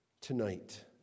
tonight